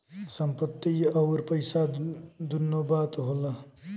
संपत्ति अउर पइसा दुन्नो बात होला